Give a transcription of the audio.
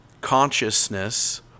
consciousness